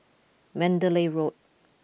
Mandalay Road